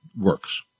works